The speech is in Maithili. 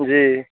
जी